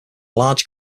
large